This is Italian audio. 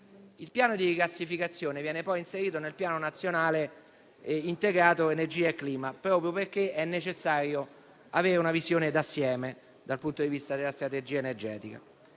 Il piano di rigassificazione viene poi inserito nel Piano nazionale integrato per l'energia e il clima, proprio perché è necessario avere una visione d'insieme dal punto di vista della strategia energetica.